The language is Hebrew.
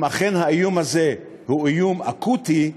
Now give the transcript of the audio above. אם אכן האיום הזה הוא איום אקוטי,